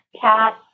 cat